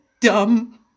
dumb